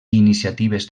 iniciatives